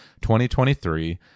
2023